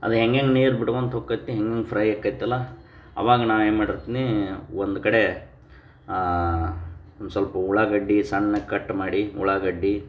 ಅದು ಹೆಂಗೆ ಹೆಂಗೆ ನೀರು ಬಿಡ್ಕೊಳ್ತ ಹೋಕೈತಿ ಹೆಂಗೆ ಹೆಂಗೆ ಫ್ರೈ ಆಕೈತಲ್ಲ ಅವಾಗ ನಾನು ಏನು ಮಾಡಿರ್ತೀನಿ ಒಂದು ಕಡೆ ಒಂದು ಸ್ವಲ್ಪ ಉಳ್ಳಾಗಡ್ಡೆ ಸಣ್ಣಕ್ಕೆ ಕಟ್ ಮಾಡಿ ಉಳ್ಳಾಗಡ್ಡೆ